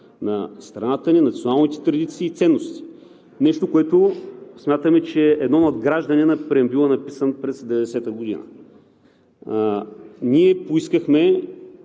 на страната ни, националните ни традиции и ценности – нещо, което смятаме, че е едно надграждане на преамбюла, написан през 1990 г. Ние поискахме